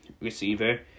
receiver